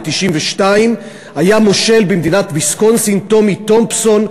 ב-1992 היה מושל במדינת ויסקונסין, טומי תומפסון,